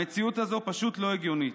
המציאות הזאת פשוט לא הגיונית.